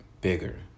bigger